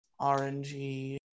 RNG